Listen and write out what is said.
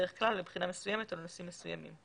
דרך כלל או לבחינה מסוימת או לנושאים מסוימים.